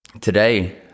today